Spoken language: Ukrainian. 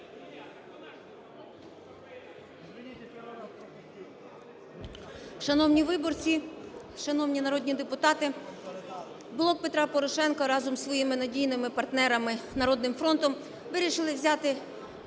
Шановні виборці, шановні народі депутати! "Блок Петра Порошенка" разом із своїми надійними партнерам "Народним фронтом" вирішили взяти